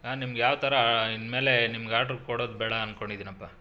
ನಾನು ನಿಮ್ಗೆ ಯಾವ ಥರ ಇನ್ಮೇಲೆ ನಿಮ್ಗೆ ಆರ್ಡ್ರ್ ಕೊಡೋದು ಬೇಡ ಅನ್ಕೊಂಡಿದ್ದೀನಪ್ಪ